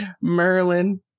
Merlin